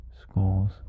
Schools